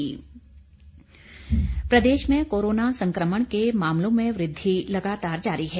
Himachal corona प्रदेश में corona संकमण के मामलों में वृद्धि लगातार जारी है